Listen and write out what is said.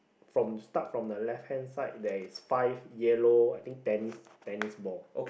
from start from the left hand side there's five yellow I think tennis tennis ball